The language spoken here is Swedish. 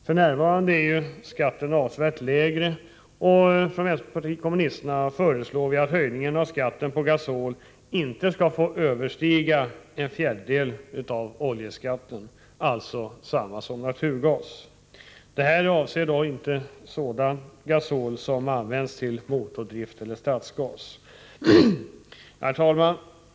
F.n. är skatten avsevärt lägre, och vänsterpartiet kommunisterna föreslår att höjningen av skatten på gasol inte skall få överstiga en fjärdedel av oljeskatten, alltså lika stor andel som vid naturgas. Det här avser inte sådan gasol som används till motordrift eller stadsgas. Herr talman!